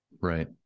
right